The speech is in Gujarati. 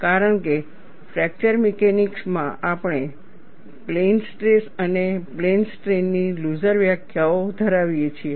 કારણ કે ફ્રેક્ચર મિકેનિક્સમાં આપણે પ્લેન સ્ટ્રેસ અને પ્લેન સ્ટ્રેઈન ની લૂસર વ્યાખ્યાઓ ધરાવીએ છીએ